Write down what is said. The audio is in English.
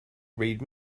read